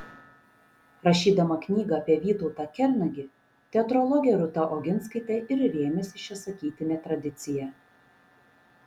rašydama knygą apie vytautą kernagį teatrologė rūta oginskaitė ir rėmėsi šia sakytine tradicija